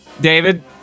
David